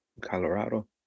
Colorado